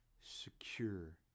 secure